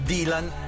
Dylan